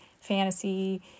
fantasy